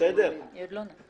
היא עוד לא נחה.